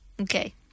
Okay